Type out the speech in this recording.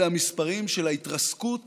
אלה המספרים של ההתרסקות